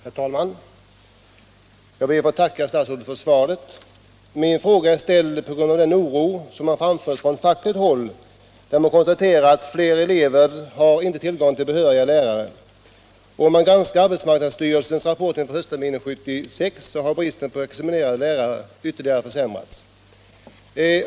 Herr talman! Jag ber att få tacka statsrådet för svaret. Min fråga ställdes på grund av den oro som man visat på fackligt håll, där man konstaterar att allt fler elever inte har tillgång till behöriga lärare. Om man granskar arbetsmarknadsstyrelsens rapport inför höstterminen 1976, finner man att bristen på examinerade lärare ytterligare förvärrats.